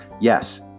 Yes